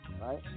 Right